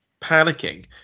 panicking